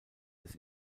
des